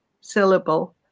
syllable